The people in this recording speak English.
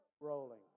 rolling